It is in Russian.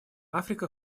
африка